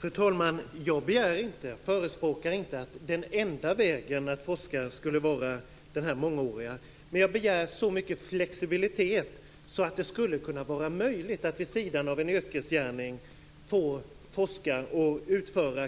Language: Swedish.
Fru talman! Jag förespråkar inte att den enda vägen att forska skulle vara den mångåriga. Men jag begär så mycket flexibilitet att det skulle vara möjligt att vid sidan av en yrkesgärning utföra